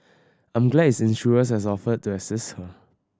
I'm glad its insurers has offered to assist her